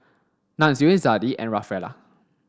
Nunzio Zadie and Rafaela